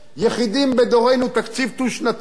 יחידים בדורנו, תקציב דו-שנתי.